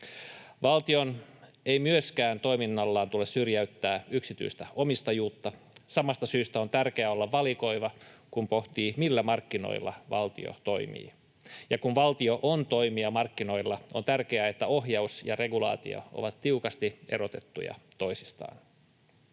Valtion ei toiminnallaan tule myöskään syrjäyttää yksityistä omistajuutta. Samasta syystä on tärkeää olla valikoiva, kun pohtii, millä markkinoilla valtio toimii. Ja kun valtio toimii markkinoilla, on tärkeää, että ohjaus ja regulaatio ovat tiukasti erotettuja toisistaan.